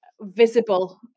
visible